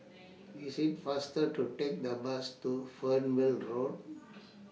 IT IS faster to Take The Bus to Fernvale Road